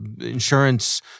insurance